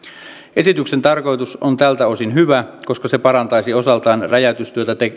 esityksen tarkoitus on tältä osin hyvä koska se parantaisi osaltaan räjäytystyössä